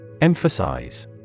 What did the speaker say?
Emphasize